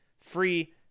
free